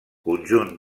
conjunt